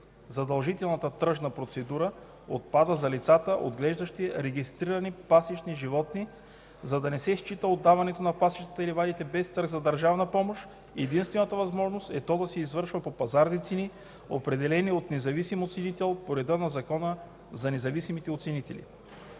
задължителната тръжна процедура отпада за лицата, отглеждащи регистрирани пасищни животни, за да не се счита отдаването на пасищата и ливадите без тръжна държавна помощ, единствената възможност е то да се извършва по пазарни цени, определени от независим оценител по реда на Закона за независимите оценители.